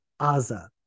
Aza